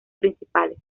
principales